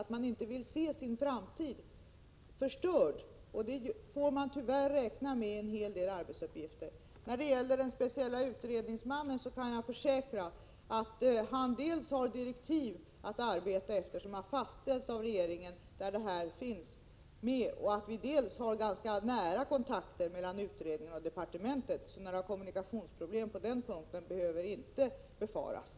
De vill inte se sin framtid förstörd — och det får man tyvärr räkna med i en hel del arbetsuppgifter. När det gäller den specielle utredningsmannen kan jag försäkra dels att han har av regeringen fastställda direktiv att arbeta efter, där dessa frågor finns med, dels att vi har ganska nära kontakter mellan utredaren och departementet. Några kommunikationsproblem på den punkten behöver inte befaras.